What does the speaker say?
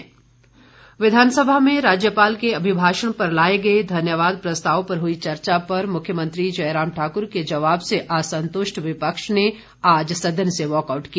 walkout विधानसभा में राज्यपाल के अभिभाषण पर लाए गए धन्यवाद प्रस्ताव पर हई चर्चा पर मुख्यमंत्री जयराम ठाकुर के जवाब से असंतुष्ट विपक्ष ने आज सदन से वाकआउट किया